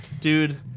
Dude